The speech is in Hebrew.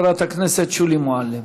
ואחריו, חברת הכנסת שולי מועלם.